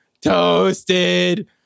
toasted